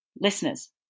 listeners